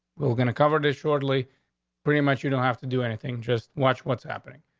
we're gonna cover this shortly pretty much. you don't have to do anything, just watch what's happening.